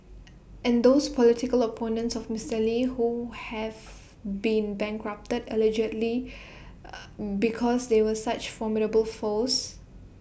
and those political opponents of Mister lee who have been bankrupted allegedly eh because they were such formidable foes